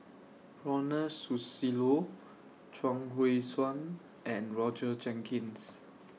Ronald Susilo Chuang Hui Tsuan and Roger Jenkins